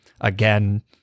again